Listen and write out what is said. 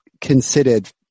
considered